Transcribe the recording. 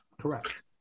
Correct